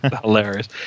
hilarious